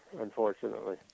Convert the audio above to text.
unfortunately